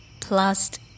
plus